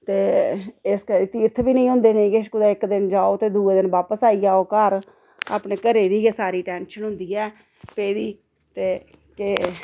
ते इस करी तीर्थ बी नी होंदे नेईं किश कुदै इक दिन जाओ ते दूऐ दिन बापस आई जाओ घर अपने घर दी गै सारी टैंशन होंदी ऐ पेदी ते ते